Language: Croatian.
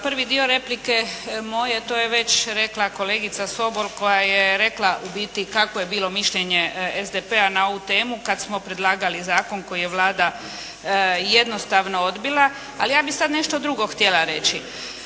prvi dio replike moje, to je već rekla kolegica Sobol koja je rekla u biti kakvo je bilo mišljenje SDP-a na ovu temu, kad smo predlagali zakon koji je Vlada jednostavno odbila. Ali ja bi sad nešto drugo htjela reći.